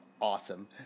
Awesome